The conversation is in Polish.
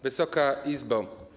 Wysoka Izbo!